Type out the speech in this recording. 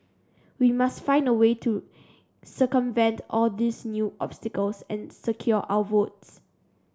we must find a way to circumvent all these new obstacles and secure our votes